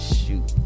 Shoot